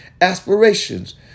aspirations